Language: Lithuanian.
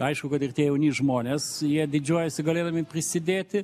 aišku kad ir tie jauni žmonės jie didžiuojasi galėdami prisidėti